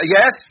Yes